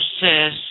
says